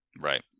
Right